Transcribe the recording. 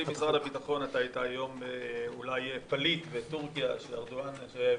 בלי משרד הביטחון אתה היית היום אולי פליט בטורקיה שארדואן --- עזוב,